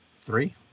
Three